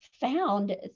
found